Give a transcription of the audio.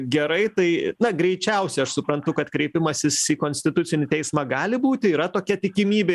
gerai tai na greičiausiai aš suprantu kad kreipimasis į konstitucinį teismą gali būti yra tokia tikimybė